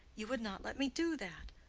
you would not let me do that.